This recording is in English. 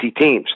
teams